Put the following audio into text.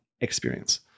experience